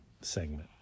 segment